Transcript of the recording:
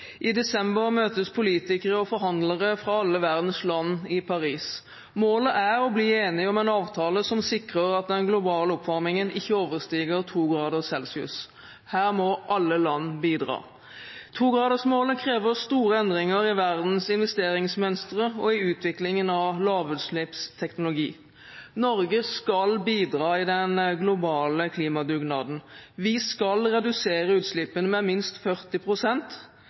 I desember møtes politikere og forhandlere fra alle verdens land i Paris. Målet er å bli enige om en avtale som sikrer at den globale oppvarmingen ikke overstiger to grader celsius. Her må alle land bidra. Togradersmålet krever store endringer i verdens investeringsmønstre og i utviklingen av lavutslippsteknologi. Norge skal bidra i den globale klimadugnaden. Vi skal redusere utslippene med minst